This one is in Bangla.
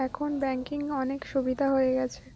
এখন ব্যাঙ্কিং অনেক সুবিধা হয়ে গেছে